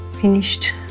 finished